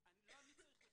אני לא צריך לפחד.